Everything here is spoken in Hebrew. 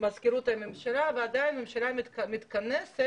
מזכירות הממשלה ועדיין הממשלה מתכנסת